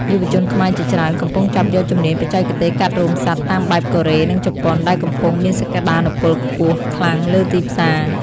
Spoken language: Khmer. យុវជនខ្មែរជាច្រើនកំពុងចាប់យកជំនាញបច្ចេកទេសកាត់រោមសត្វតាមបែបកូរ៉េ និងជប៉ុន ដែលកំពុងមានសក្ដានុពលខ្លាំងលើទីផ្សារ។